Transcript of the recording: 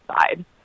side